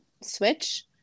switch